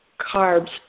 carbs